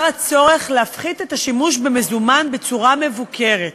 הצורך להפחית את השימוש במזומן בצרה מבוקרת.